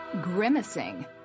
Grimacing